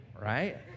right